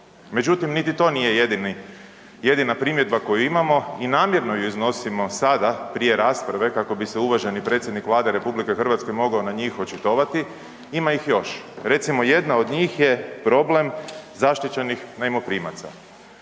Međutim, niti to nije jedina primjedba koju imamo, i namjerno ju iznosimo sada prije rasprave kako bi se uvaženi predsjednik Vlade RH mogao na njih očitovati. Ima ih još. Recimo, jedna od njih je problem zaštićenih najmoprimaca.